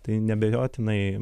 tai neabejotinai